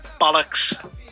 bollocks